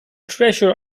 treasury